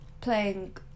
playing